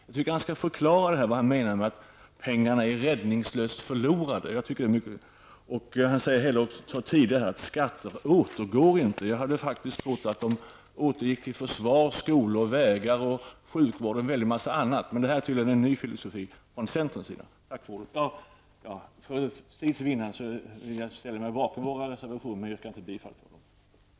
Jag tycker att Gunnar Björk skall förklara vad han menar med att pengarna är räddningslöst förlorade. Han sade tidigare också att skatter inte återgår. Jag trodde faktiskt att de återgick till försvar, skolor, vägar, sjukvård och en väldig massa annat. Det här är tydligen en ny filosofi från centerns sida. Jag ställer mig bakom våra reservationer men för tids vinnande yrkar jag inte bifall till dem.